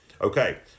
okay